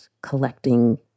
collecting